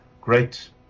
great